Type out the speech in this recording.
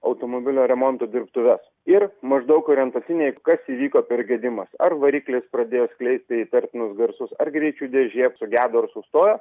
automobilio remonto dirbtuves ir maždaug orientaciniai kas įvyko per gedimas ar variklis pradėjo skleisti įtartinus garsus ar greičių dėžė sugedo ir sustojo